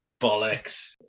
Bollocks